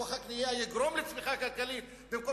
וכוח הקנייה יגרום לצמיחה כלכלית במקום